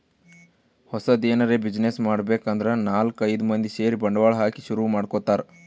ಹೊಸದ್ ಎನರೆ ಬ್ಯುಸಿನೆಸ್ ಮಾಡ್ಬೇಕ್ ಅಂದ್ರ ನಾಲ್ಕ್ ಐದ್ ಮಂದಿ ಸೇರಿ ಬಂಡವಾಳ ಹಾಕಿ ಶುರು ಮಾಡ್ಕೊತಾರ್